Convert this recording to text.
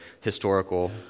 historical